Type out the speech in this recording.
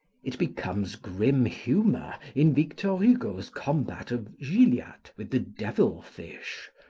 it becomes grim humour in victor hugo's combat of gilliatt with the devil-fish,